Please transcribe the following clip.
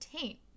taint